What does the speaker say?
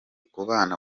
kubana